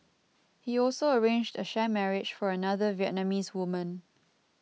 he also arranged a sham marriage for another Vietnamese woman